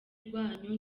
rwanyu